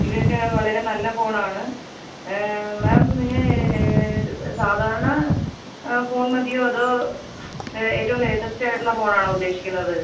ഇവയൊക്കെ വളരെ നല്ല ഫോണാണ് മാം ഇനി സ സാധാരണ ഫോൺ മതിയോ അതോ ഏറ്റവും ലേറ്റസ്റ്റായിട്ടുള്ള ഫോണാണോ ഉദ്ദേശിക്കുന്നത്